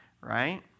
right